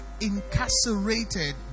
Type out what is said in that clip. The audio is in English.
incarcerated